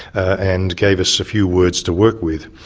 and gave us a few words to work with.